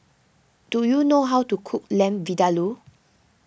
do you know how to cook Lamb Vindaloo